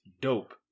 dope